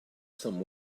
some